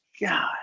God